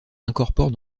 incorpore